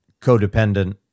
codependent